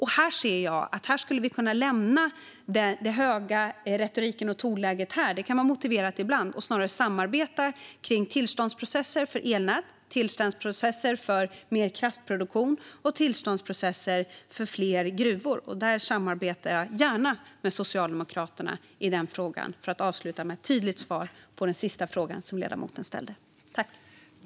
Här ser jag att vi skulle kunna lämna retoriken och det höga tonläget - det kan vara motiverat ibland - och snarare samarbeta kring tillståndsprocesser för elnät, mer kraftproduktion och fler gruvor. För att avsluta med ett tydligt svar på den sista frågan som ledamoten ställde samarbetar jag gärna med Socialdemokraterna om detta.